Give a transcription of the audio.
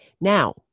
now